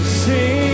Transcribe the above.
sing